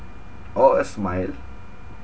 or a smile